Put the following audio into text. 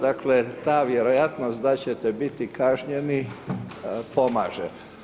Dakle, ta vjerojatnost da ćete biti kažnjeni, pomaže.